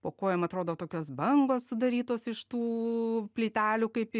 po kojom atrodo tokios bangos sudarytos iš tų plytelių kaip